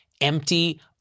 empty